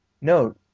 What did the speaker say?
No